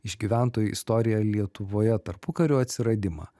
išgyventoji istorija lietuvoje tarpukariu atsiradimą